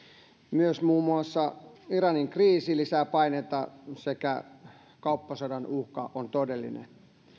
myös muun muassa iranin kriisi lisää paineita sekä kauppasodan uhka on todellinen